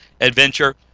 adventure